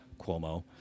Cuomo